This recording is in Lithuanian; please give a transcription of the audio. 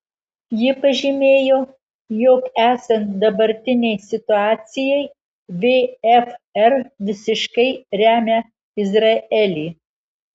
ji pažymėjo jog esant dabartinei situacijai vfr visiškai remia izraelį